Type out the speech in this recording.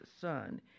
son